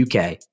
UK